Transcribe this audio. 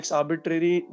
arbitrary